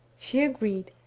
she agreed,